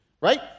right